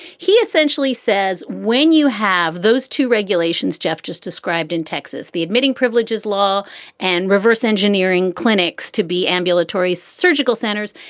he essentially says when you have those two regulations jeff just described in texas, the admitting privileges law and reverse engineering clinics to be ambulatory surgical centers.